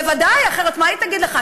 בוודאי, אחרת מה היא תגיד לך?